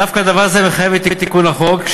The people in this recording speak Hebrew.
דווקא הדבר הזה מחייב את תיקון החוק,